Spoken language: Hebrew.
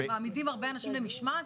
אתם מאשימים הרבה אנשים בעבירת משמעת?